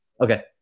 Okay